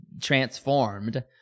transformed